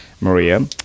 Maria